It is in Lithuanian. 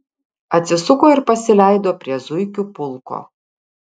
atsisuko ir pasileido prie zuikių pulko